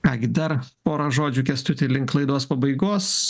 ką gi dar porą žodžių kęstuti link laidos pabaigos